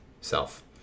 Self